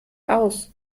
aus